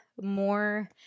more